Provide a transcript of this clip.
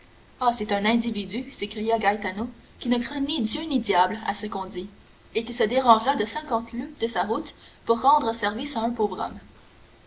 ah c'est un individu s'écria gaetano qui ne craint ni dieu ni diable à ce qu'on dit et qui se dérangera de cinquante lieues de sa route pour rendre service à un pauvre homme